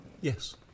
Yes